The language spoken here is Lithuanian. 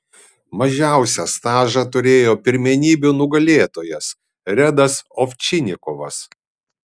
mažiausią stažą turėjo pirmenybių nugalėtojas redas ovčinikovas